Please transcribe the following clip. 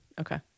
okay